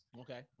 Okay